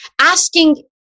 asking